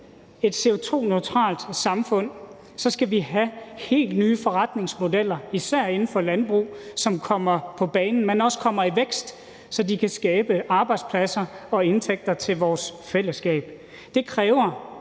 et CO2-neutralt samfund, skal vi have helt nye forretningsmodeller, især inden for landbrug, som kommer på banen, men også kommer i vækst, så de kan skabe arbejdspladser og indtægter til vores fællesskab. Det kræver,